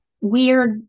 weird